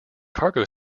cargo